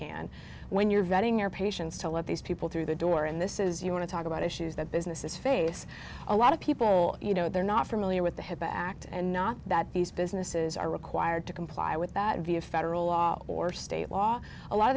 can when you're vetting your patients to let these people through the door and this is you want to talk about issues that business is face a lot of people you know they're not familiar with the hipaa act and not that these businesses are required to comply with that view of federal law or state law a lot